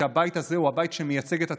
כי הבית הזה הוא הבית שמייצג את הציבור.